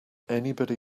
anybody